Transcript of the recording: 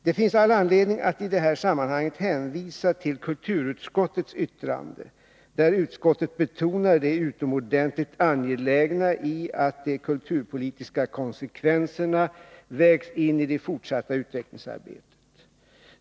Det finns all anledning att i det här sammanhanget hänvisa till kulturutskottets yttrande, där utskottet betonar det utomordentligt angelägna i att de kulturpolitiska konsekvenserna vägs in i det fortsatta utvecklingsarbetet.